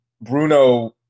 Bruno